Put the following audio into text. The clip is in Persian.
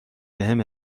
بهم